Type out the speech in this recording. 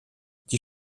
die